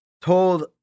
told